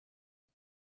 det